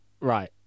right